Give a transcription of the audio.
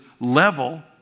level